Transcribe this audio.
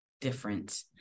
different